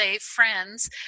friends